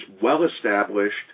well-established